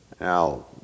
Now